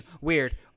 Weird